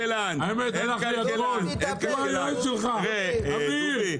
הוא היועץ שלך, אביר.